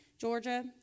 Georgia